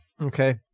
Okay